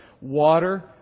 Water